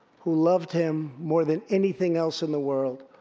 who loved him more than anything else in the world.